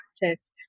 practice